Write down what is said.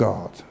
God